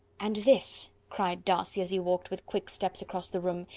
and this, cried darcy, as he walked with quick steps across the room,